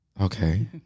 Okay